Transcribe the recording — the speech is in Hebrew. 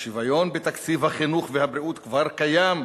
והשוויון בתקציב החינוך והבריאות כבר קיים,